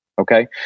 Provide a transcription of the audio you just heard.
okay